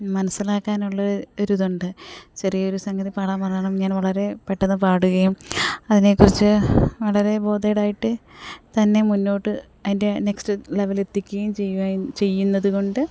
മനസ്സിലാക്കാനുള്ള ഒരിതുണ്ട് ചെറിയൊരു സംഗതി പാടാ ൻ പറഞ്ഞാലും ഞാൻ വളരെ പെട്ടെന്ന് പാടുകയും അതിനേക്കുറിച്ച് വളരെ ബോതേഡായിട്ട് തന്നെ മുന്നോട്ട് അതിൻ്റെ നെക്സ്റ്റ് ലെവൽ എത്തിക്കുകയും ചെയ്യുക ചെയ്യുന്നതു കൊണ്ട്